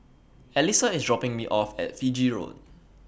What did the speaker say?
Alysa IS dropping Me off At Fiji Road